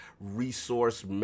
resource